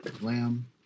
Lamb